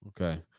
Okay